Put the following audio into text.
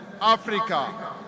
Africa